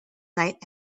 night